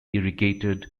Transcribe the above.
irrigated